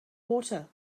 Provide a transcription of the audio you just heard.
water